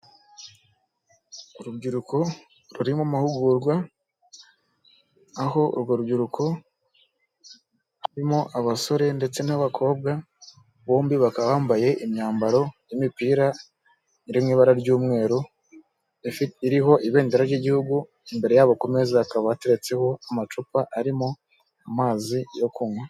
Urubyiruko ruri mu mahugurwa, aho urwo rubyiruko, harimo abasore ndetse n'abakobwa, bombi bakaba bambaye imyambaro y'imipira iri mu ibara ry'umweru, iriho ibendera ry'igihugu, imbere yabo ku meza hakaba hateretseho amacupa arimo amazi yo kunywa.